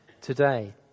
today